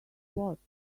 watch